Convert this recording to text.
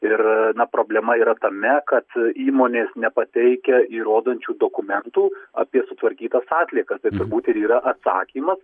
ir problema yra tame kad įmonės nepateikia įrodančių dokumentų apie sutvarkytas atliekas tai turbūt ir yra atsakymas